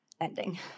ending